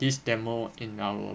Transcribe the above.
these demo in our